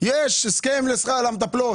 יש הסכם למטפלות.